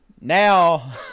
Now